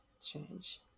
change